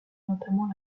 notamment